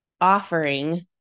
offering